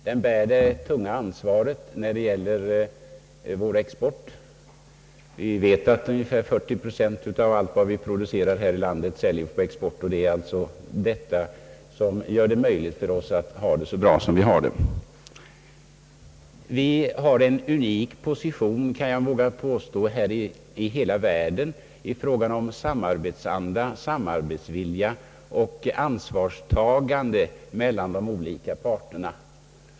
De bär det tunga ansvaret för vår export. Vi vet att ungefär 40 procent av allt vad vi producerar inom landet säljs på export. Det är inte minst detta som gör det möjligt för oss att ha det så bra som vi har det. Vi har en unik position — vågar jag påstå — över hela världen i fråga om samarbetsanda, samarbetsvilja och ansvarstagande mellan de olika parterna.